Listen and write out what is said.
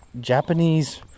Japanese